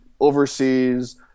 overseas